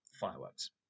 Fireworks